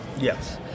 yes